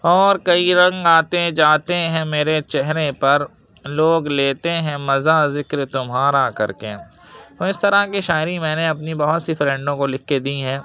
اور کئی رنگ آتے جاتے ہیں مرے چہرے پر لوگ لیتے ہیں مزہ ذکر تمہارا کر کے تو اس طرح کی شاعری میں نے اپنی بہت سی فرینڈوں کو لکھ کے دی ہیں